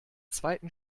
zweiten